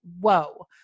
whoa